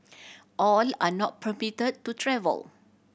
all are not permit to travel